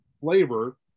flavor